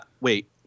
wait